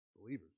believers